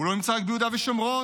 הוא לא נמצא רק ביהודה ושומרון,